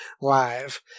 live